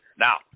Now